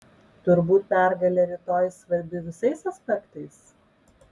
turbūt pergalė rytoj svarbi visais aspektais